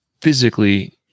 physically